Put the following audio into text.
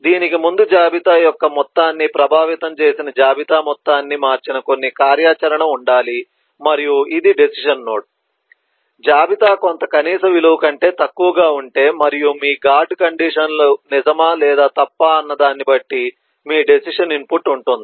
దీనికి ముందు జాబితా యొక్క మొత్తాన్ని ప్రభావితం చేసిన జాబితా మొత్తాన్ని మార్చిన కొన్ని కార్యాచరణ ఉండాలి మరియు ఇది డెసిషన్ నోడ్ జాబితా కొంత కనీస విలువ కంటే తక్కువగా ఉంటే మరియు మీ గార్డు కండిషన్లను నిజమా లేదా తప్పా అన్నదాన్ని బట్టి మీ డెసిషన్ ఇన్పుట్ ఉంటుంది